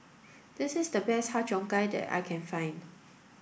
this is the best Har Cheong Gai that I can find